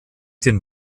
den